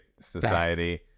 society